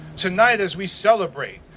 tonight as we celebrate,